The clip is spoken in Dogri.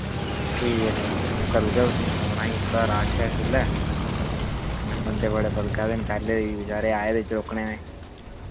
ठीक ऐ ठीक ऐ आऊं करूड़गा तुसें फोन अजें थोह्ड़ा रश ऐ इस वेल्लै कन्नै बंदे बड़े बलगा दे न पैह्लें दे बचारे आए दे चरोकने बंदे ब़ड़े बलगा दे न पैहलें दे बचैरे